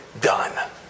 done